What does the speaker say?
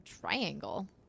triangle